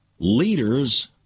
leaders